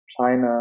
China